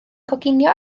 coginio